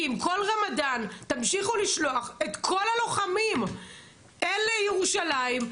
כי אם כל רמדאן תמשיכו לשלוח את כל הלוחמים אל ירושלים,